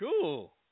cool